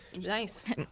nice